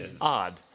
odd